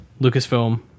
Lucasfilm